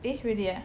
eh really ah